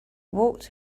walked